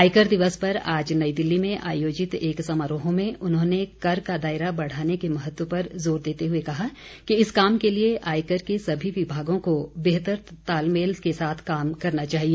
आयकर दिवस पर आज नई दिल्ली में आयोजित एक समारोह में उन्होंने कर का दायरा बढ़ाने के महत्व पर जोर देते हए कहा कि इस काम के लिए आयकर के सभी विभागों को बेहतर तालमेल के साथ काम करना चाहिए